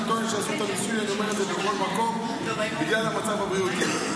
אני טוען שיעשו את המיסוי הזה בכל מקום בגלל המצב הבריאותי.